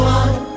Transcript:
one